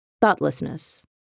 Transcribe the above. thoughtlessness